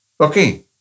Okay